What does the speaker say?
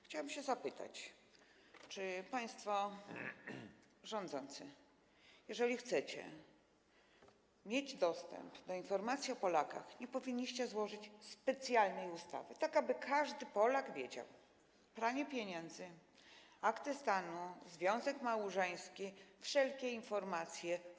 Chciałam się zapytać, państwo rządzący, czy jeżeli chcecie mieć dostęp do informacji o Polakach, nie powinniście złożyć specjalnej ustawy, tak aby każdy Polak wiedział: pranie pieniędzy, akta stanu, związek małżeński, rodzina, wszelkie informacje.